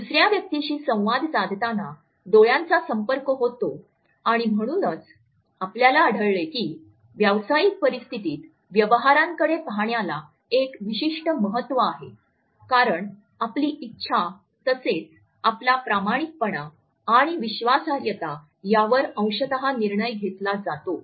दुसर्या व्यक्तीशी संवाद साधताना डोळ्यांचा संपर्क होतो आणि म्हणूनच आपल्याला आढळेल की व्यावसायिक परिस्थितीत व्यवहारांकडे पाहण्याला एक विशिष्ट महत्त्व आहे कारण आपली इच्छा तसेच आपला प्रामाणिकपणा आणि विश्वासार्हता यावर अंशतः निर्णय घेतला जातो